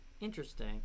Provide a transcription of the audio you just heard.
Interesting